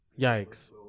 Yikes